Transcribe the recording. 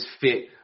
fit